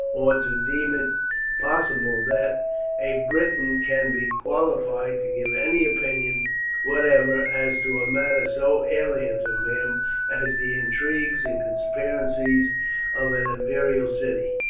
or to deem it possible that a briton can be qualified to give any opinion whatever as to a matter so alien to him as the intrigues and conspiracies of an imperial city.